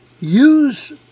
use